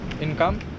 income